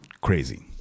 crazy